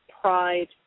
pride